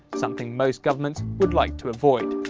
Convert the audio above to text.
something most governments would like to avoid.